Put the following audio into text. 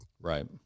right